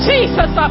Jesus